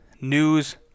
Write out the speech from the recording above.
news